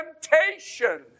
temptation